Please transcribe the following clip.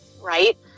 right